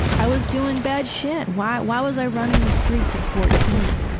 i was doing bad shit. why why was i running the streets at fourteen?